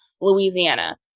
Louisiana